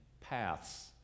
paths